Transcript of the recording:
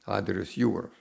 adrijos jūros